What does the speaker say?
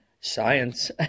Science